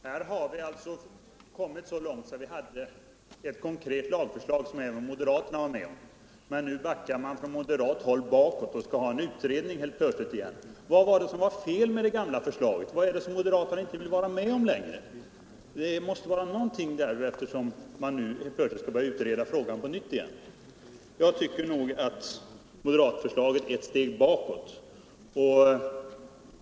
Herr talman! I denna fråga har vi kommit så långt att vi hade ett konkret lagförslag som även moderaterna stod bakom. Men nu backar moderaterna och vill plötsligt igen ha en utredning. Vad var det för fel med det gamla förslaget, vad är det som moderaterna inte vill vara med om längre? Det måste vara någonting, eftersom man nu plötsligt vill börja utreda frågan på nytt. Jag tycker att moderatförslaget är ett steg bakåt.